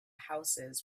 houses